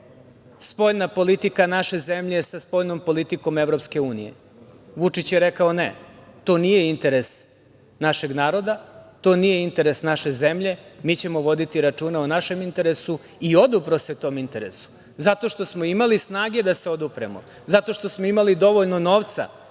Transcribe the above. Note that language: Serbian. spoljna politika naše zemlje sa spoljnom politikom Evropske unije. Vučić je rekao - ne, to nije interes našeg naroda, to nije interes naše zemlje, mi ćemo voditi računa o našem interesu i odupro se tom interesu. Zato što smo imali snage da se odupremo, zato što smo imali dovoljno novca